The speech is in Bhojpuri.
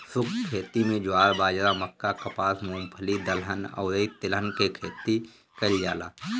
शुष्क खेती में ज्वार, बाजरा, मक्का, कपास, मूंगफली, दलहन अउरी तिलहन के खेती कईल जाला